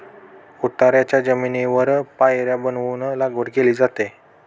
उताराच्या जमिनीवर पायऱ्या बनवून लागवड केली जाते